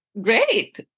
great